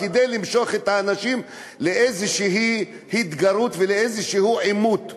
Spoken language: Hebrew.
כדי למשוך את האנשים להתגרות כלשהי ולעימות כלשהו.